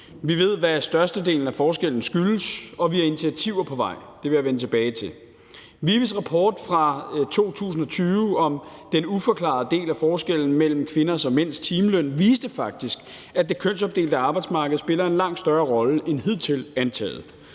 Vi ved, hvad størstedelen af forskellen skyldes, og vi har initiativer på vej – det vil jeg vende tilbage til. VIVE's rapport fra 2020 om den uforklarede del af forskellen mellem kvinders og mænds timeløn viste faktisk, at det kønsopdelte arbejdsmarked spiller en langt større rolle end hidtil antaget.